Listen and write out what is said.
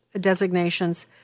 designations